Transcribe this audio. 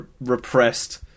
repressed